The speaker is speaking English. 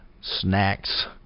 snacks